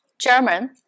german